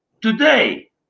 today